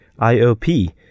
IOP